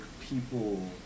people